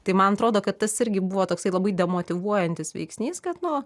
tai man atrodo kad tas irgi buvo toksai labai demotyvuojantis veiksnys kad nu